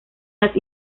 las